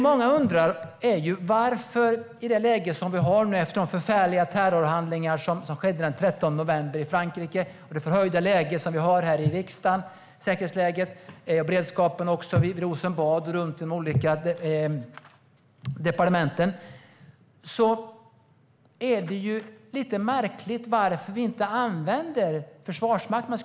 I det läge som råder efter de förfärliga terrorhandlingarna den 13 november i Frankrike, det förhöjda säkerhetsläget i riksdagen, beredskapen vid Rosenbad och runt de olika departementen är det lite märkligt att vi inte använder Försvarsmakten.